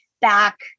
back